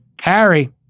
Harry